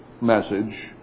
message